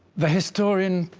the historian,